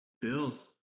Bills